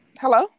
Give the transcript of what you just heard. Hello